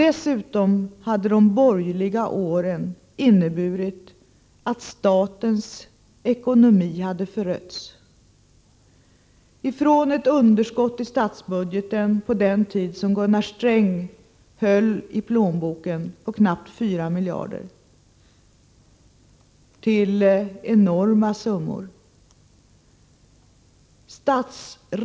Dessutom hade de borgerliga regeringsåren inneburit att statens ekonomi hade förötts — från ett underskott i statsbudgeten på den tid som Gunnar Sträng höll i plånboken på knappt 4 miljarder till enorma summor.